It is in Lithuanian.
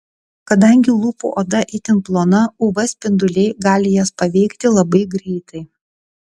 kadangi lūpų oda itin plona uv spinduliai gali jas paveikti labai greitai